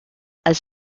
als